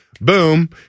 boom